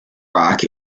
rock